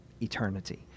eternity